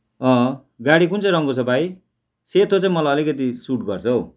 अँ गाडी कुन चाहिँ रङको छ भाइ सेतो चाहिँ मलाई अलिकति सुट गर्छ हौ